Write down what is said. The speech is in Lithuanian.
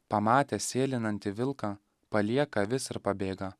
pamatęs sėlinantį vilką palieka avis ir pabėga